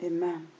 Amen